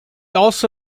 also